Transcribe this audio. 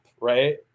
Right